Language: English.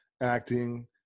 acting